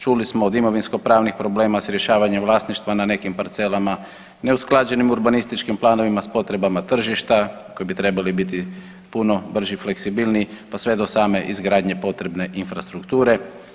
Čuli smo od imovinsko-pravnih problema s rješavanjem vlasništva na nekim parcelama, neusklađenim urbanističkih planovima s potrebama tržišta koji bi trebali biti puno brži, fleksibilniji pa sve do same izgradnje potrebne infrastrukture.